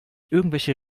irgendwelche